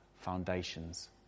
foundations